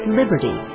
Liberty